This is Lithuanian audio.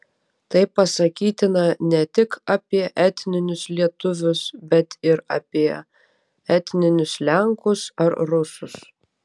tai pasakytina ne tik apie etninius lietuvius bet ir apie etninius lenkus ar rusus